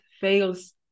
fails